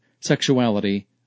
sexuality